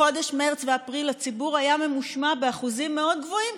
בחודשים מרץ ואפריל הציבור היה ממושמע באחוזים מאוד גבוהים,